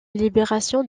libération